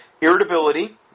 Irritability